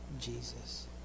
Jesus